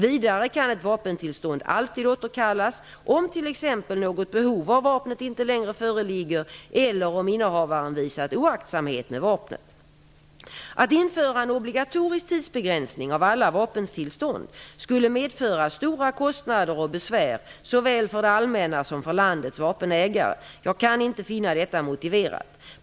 Vidare kan ett vapentillstånd alltid återkallas om t.ex. något behov av vapnet inte längre föreligger eller om innehavaren visat oaktsamhet med vapnet. Att införa obligatorisk tidsbegränsning av alla vapentillstånd skulle medföra stora kostnader och besvär såväl för det allmänna som för landets vapenägare. Jag kan inte finna detta motiverat.